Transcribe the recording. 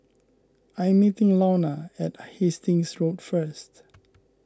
I'm meeting Launa at Hastings Road first